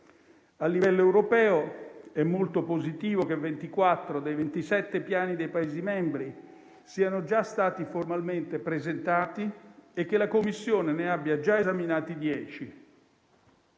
A livello europeo è molto positivo che 24 dei 27 piani dei Paesi membri siano già stati formalmente presentati e che la Commissione ne abbia già esaminati